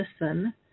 listen